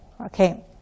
Okay